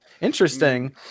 Interesting